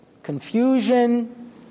Confusion